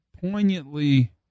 poignantly